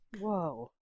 Whoa